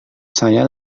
saya